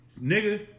nigga